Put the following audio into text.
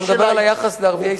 אני מדבר על היחס לערביי ישראל.